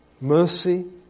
mercy